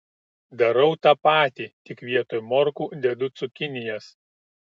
darau tą patį tik vietoj morkų dedu cukinijas